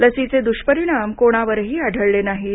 लसीचे दुष्परिणाम कोणावरही आढळले नाहीत